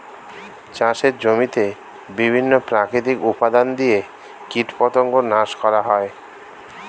চাষের জমিতে বিভিন্ন প্রাকৃতিক উপাদান দিয়ে কীটপতঙ্গ নাশ করা হয়